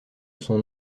son